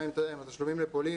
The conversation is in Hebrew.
גם התשלומים לפולין